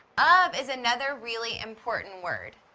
of is another really important word.